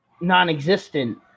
non-existent